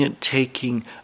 taking